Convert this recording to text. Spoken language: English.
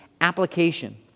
application